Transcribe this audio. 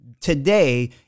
today